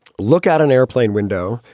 look out an airplane window.